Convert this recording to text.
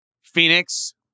Phoenix